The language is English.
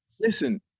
Listen